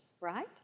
right